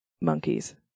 monkeys